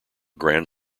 grand